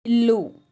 ఇల్లు